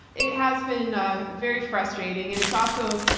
it has been ah very frustrating and it's also.